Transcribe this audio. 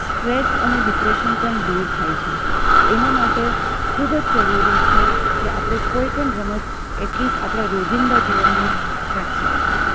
stress અને depression પણ દૂર થાય છે એના માટે ખૂબ જ જરૂરી છે કે આપણે કોઈપણ રમત એટલીસ્ટ આપણાં રોજિંદા જીવનમાં રાખીએ